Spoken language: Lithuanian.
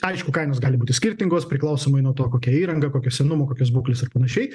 aišku kainos gali būti skirtingos priklausomai nuo to kokia įranga kokio senumo kokios būklės ir panašiai